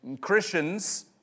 Christians